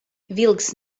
vilks